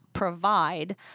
Provide